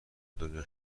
دنیا